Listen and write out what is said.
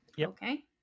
Okay